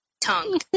tongue